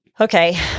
okay